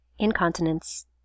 incontinence